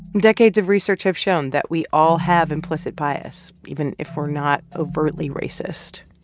decades of research have shown that we all have implicit bias, even if we're not overtly racist.